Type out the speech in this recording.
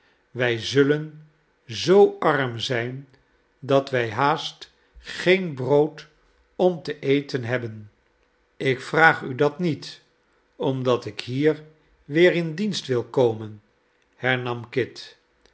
wij zullen zoo arm zijn dat wij haast geen brood om te eten hebben ik vraag u dat niet omdat ik hier weer in dienst wil komen hernam kit